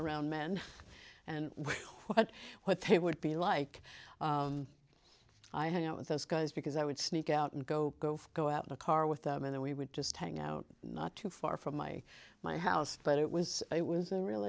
around men and what what they would be like i hang out with those guys because i would sneak out and go go go out in a car with them and then we would just hang out not too far from my my house but it was it was a